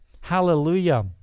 Hallelujah